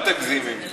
אל תגזים עם זה.